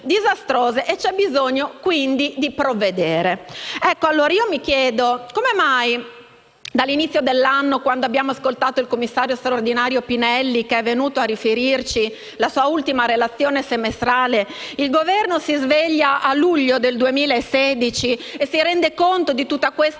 c'è bisogno di provvedere. Io mi chiedo come mai dall'inizio dell'anno, quando abbiamo ascoltato il commissario straordinario Pinelli, che è venuto a riferirci la sua ultima relazione semestrale, il Governo si svegli a luglio 2016 e si renda conto di tutta questa